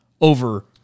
over